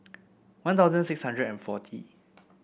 One Thousand six hundred and forty